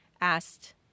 asked